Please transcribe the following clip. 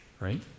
Right